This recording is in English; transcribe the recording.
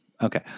Okay